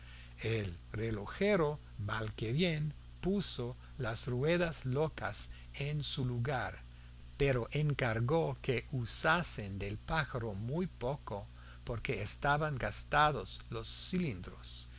el relojero mal que bien puso las ruedas locas en su lugar pero encargó que usasen del pájaro muy poco porque estaban gastados los cilindros